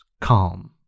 calm